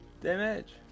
damage